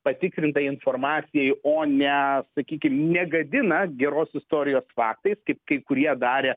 patikrintai informacijai o ne sakykim negadina geros istorijos faktais kaip kai kurie darė